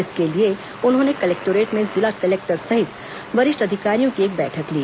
इसके लिए उन्होंने कलेक्टोरेट में जिला कलेकटर सहित वरिष्ठ अधिकारियों की एक बैठक ली